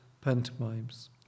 Pantomimes